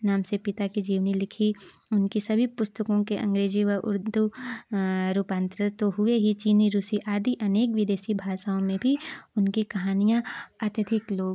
नाम से पिता की जीवनी लिखी उनकी सभी पुस्तकों के अंग्रेजी वा उर्दू रूपांतरित हुए ही चीनी रूसी आदि अनेक विदेशी भाषाओं में भी उनकी कहानियाँ अत्यधिक लोक